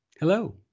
Hello